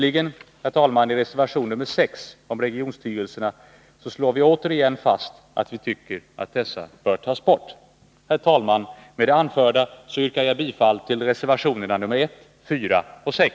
I reservation 6 om regionstyrelserna, slutligen, slår vi återigen fast att vi tycker att dessa bör tas bort. Herr talman! Med det anförda yrkar jag bifall till reservationerna 1, 4 och 6.